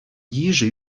йышӗ